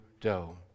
dough